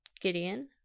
Gideon